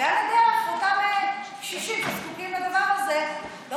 ועל הדרך אותם קשישים שזקוקים לדבר הזה לא